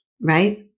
right